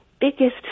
Biggest